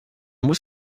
muss